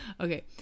Okay